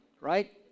Right